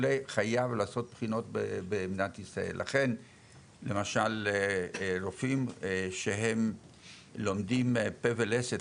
חייב לעשות בחינות במדינת ישראל לכן למשל רופאים שלומדים פה ולסת,